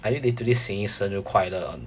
are you literally singing 生日快乐